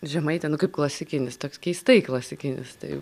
žemaitė nu kaip klasikinis toks keistai klasikinis tai